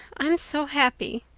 i'm so happy.